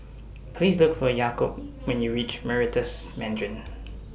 Please Look For Jakob when YOU REACH Meritus Mandarin